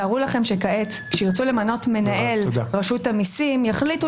תארו לעצמכם שכעת כשירצו למנות מנהל רשות המסים יחליטו